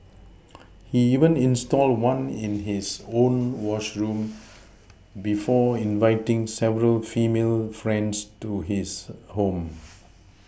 he even installed one in his own washroom before inviting several female friends to his home